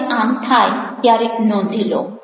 જ્યારે આમ થાય ત્યારે નોંધી લો